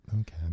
Okay